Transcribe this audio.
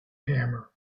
hammer